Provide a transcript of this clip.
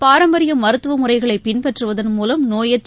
பாரம்பரிய மருத்துவ முறைகளை பின்பற்றுவதன் மூலம் நோயற்ற